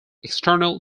external